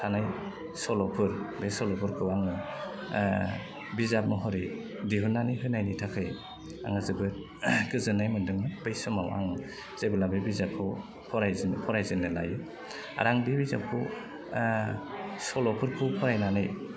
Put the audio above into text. थानाय सल'फोर बे सल'फोरखौ आङो बिजाब महरै दिहुन्नानै होनायनि थाखाय आङो जोबोद गोजोन्नाय मोनदोंमोन बै समाव आं जेबोला बे बिजाबखौ फरायजेननो लायो आर आं बे बिजाबखौ सल'फोरखौ फरायनानै